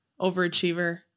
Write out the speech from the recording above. overachiever